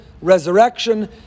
resurrection